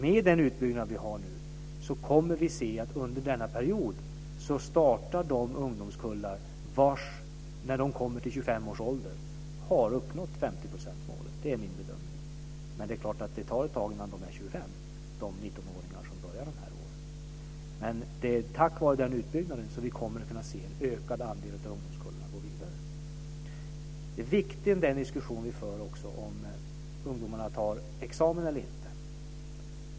Med den utbyggnad som pågår nu kommer vi att se att under denna period startar de ungdomskullar vilka när de har kommit upp i 25 års ålder kommer att ha uppnått 50-procentsmålet. Det är min bedömning. Men det är klart att det tar ett tag innan de 19-åringar som börjar de närmaste åren blir 25 år. Men det är tack vare utbyggnaden som vi kommer att kunna se en ökad andel ungdomskullar som går vidare. Det är en viktig diskussion som vi för om ungdomarna tar examen eller inte.